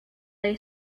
lay